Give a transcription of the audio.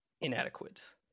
inadequate